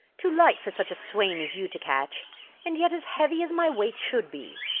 too light for such a swain as you to catch and yet as heavy as my weight should be.